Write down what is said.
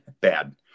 Bad